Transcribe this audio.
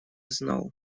знал